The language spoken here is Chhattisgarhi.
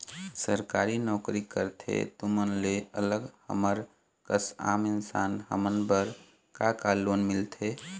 सरकारी नोकरी करथे तुमन ले अलग हमर कस आम इंसान हमन बर का का लोन मिलथे?